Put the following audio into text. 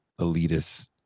elitist